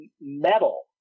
metal